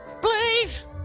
please